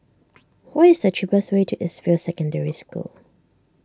what is the cheapest way to East View Secondary School